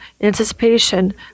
anticipation